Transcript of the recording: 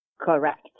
Correct